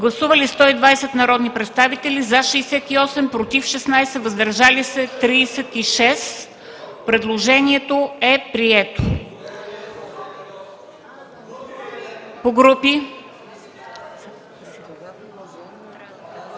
Гласували 77 народни представители: за 75, против няма, въздържали се 2. Предложението е прието. ДОКЛАДЧИК